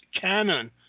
Canon